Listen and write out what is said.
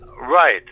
Right